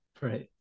Right